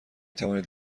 توانید